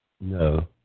No